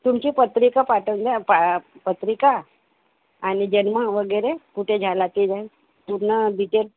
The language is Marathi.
तुमची पत्रिका पाठवून द्या पा पत्रिका आणि जन्म वगैरे कुठे झाला ते जाय पूर्ण डिटेल्स